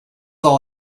all